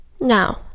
Now